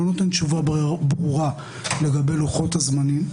לא נותן תשובה ברורה לגבי לוחות-הזמנים,